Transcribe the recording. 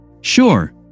Sure